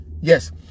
Yes